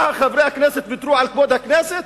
מה, חברי הכנסת ויתרו על כבוד הכנסת?